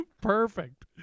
Perfect